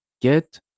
get